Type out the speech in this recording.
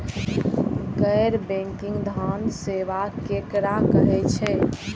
गैर बैंकिंग धान सेवा केकरा कहे छे?